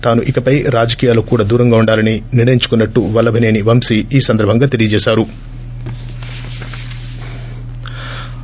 తాను ఇకపై రాజకీయాలకు కూడా దూరంగా ఉండాలని నిర్ణయించుకున్నట్టు వల్లభసేని వంశీ ఈ సందర్పంగా తెలియజేశారు